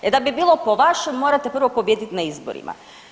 E da bi bilo po vašem morate prvo pobijediti na izborima.